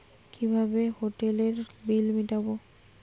কিভাবে হোটেলের বিল মিটাব?